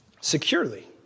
securely